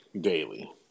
Daily